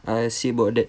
I see about that